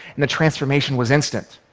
and the transformation was instant.